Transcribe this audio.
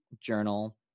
journal